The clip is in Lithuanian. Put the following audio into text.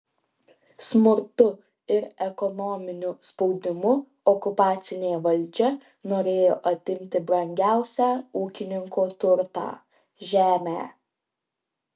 smurtu ir ekonominiu spaudimu okupacinė valdžia norėjo atimti brangiausią ūkininko turtą žemę